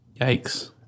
Yikes